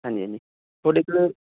ਹਾਂਜੀ ਹਾਂਜੀ ਥੋਡੇ ਕੋਲ